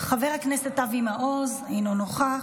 חבר הכנסת אבי מעוז, אינו נוכח,